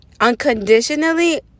unconditionally